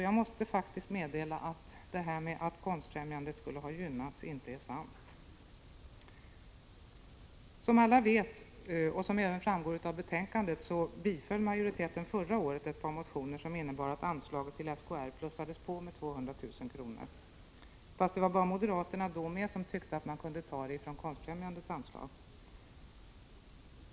Jag måste faktiskt meddela att detta att Konstfrämjandet skulle ha gynnats inte är sant! Som alla vet, och som även framgår av betänkandet, biföll majoriteten förra året ett par motioner som innebar att anslaget till SKR plussades på med 200 000 kr. Det var bara moderaterna som då tyckte att man kunde ta pengarna ifrån Konstfrämjandets anslag.